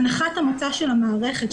הנחת המוצא של המערכת,